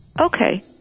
Okay